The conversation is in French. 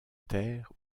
terre